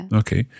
okay